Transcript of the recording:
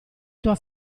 tua